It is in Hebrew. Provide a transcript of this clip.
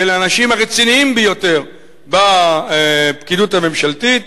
של האנשים הרציניים ביותר בפקידות הממשלתית,